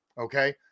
Okay